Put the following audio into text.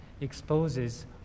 exposes